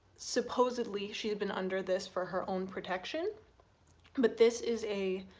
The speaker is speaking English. supposedly she's been under this for her own protection but this is a